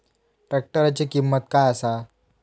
ट्रॅक्टराची किंमत काय आसा?